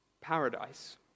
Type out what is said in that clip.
Paradise